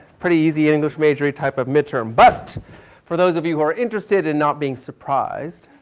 pretty easy english majoring type of midterm, but for those of you who are interested in not being surprised,